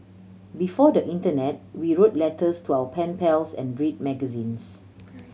before the internet we wrote letters to our pen pals and read magazines